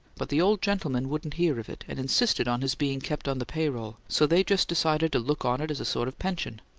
but the old gentleman wouldn't hear of it, and insisted on his being kept on the payroll so they just decided to look on it as a sort of pension.